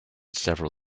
several